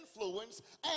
influence